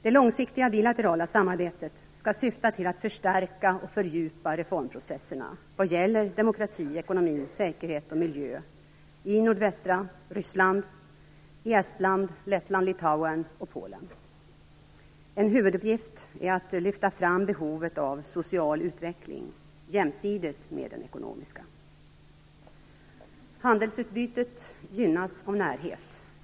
Det långsiktiga bilaterala samarbetet skall syfta till att förstärka och fördjupa reformprocesserna vad gäller demokrati, ekonomi, säkerhet och miljö i nordvästra Ryssland, i Estland, Lettland, Litauen och Polen. En huvuduppgift är att lyfta fram behovet av social utveckling jämsides med den ekonomiska. Handelsutbytet gynnas av närhet.